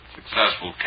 successful